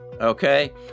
okay